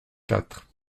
quatre